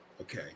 okay